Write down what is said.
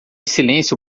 silêncio